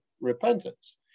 repentance